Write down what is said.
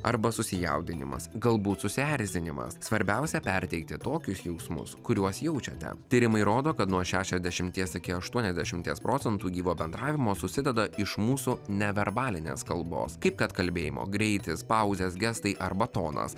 arba susijaudinimas galbūt susierzinimas svarbiausia perteikti tokius jausmus kuriuos jaučiate tyrimai rodo kad nuo šešiasdešimties iki aštuoniasdešimties procentų gyvo bendravimo susideda iš mūsų neverbalinės kalbos kaip kad kalbėjimo greitis pauzės gestai arba tonas